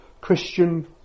Christian